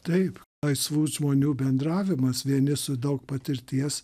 taip laisvų žmonių bendravimas vieni su daug patirties